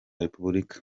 repubulika